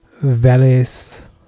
Valles